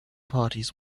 parties